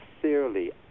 sincerely